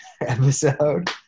episode